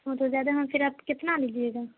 ہاں تو زیادہ ہم پھر آپ کتنا لیجیے گا